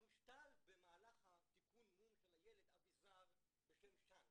מושתל במהלך תיקון המום של הילד אביזר בשם שאנט,